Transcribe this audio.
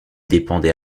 dépendait